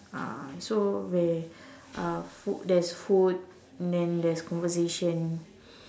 um so where uh food there's food and then there's conversation